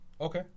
Okay